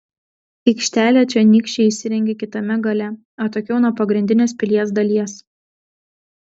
aikštelę čionykščiai įsirengė kitame gale atokiau nuo pagrindinės pilies dalies